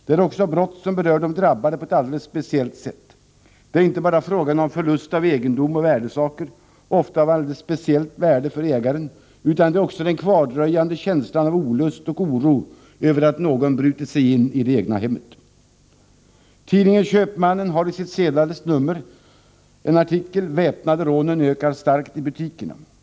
Det är också brott som berör de drabbade på ett alldeles speciellt sätt. Det är inte bara frågan om förlust av egendom och värdesaker — ofta av ett alldeles särskilt värde för ägaren — utan det är också den kvardröjande känslan av olust och oro över att någon brutit sig in i det egna hemmet. Tidningen Köpmannen har i sitt senaste nummer en artikel ”Väpnade rånen ökar starkt i butikerna”.